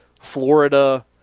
Florida